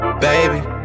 Baby